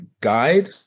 guide